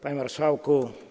Panie Marszałku!